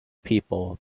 people